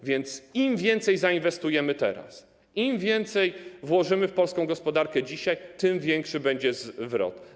A więc im więcej zainwestujemy teraz, im więcej włożymy w polską gospodarkę dzisiaj, tym większy będzie zwrot.